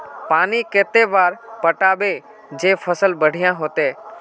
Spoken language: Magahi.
पानी कते बार पटाबे जे फसल बढ़िया होते?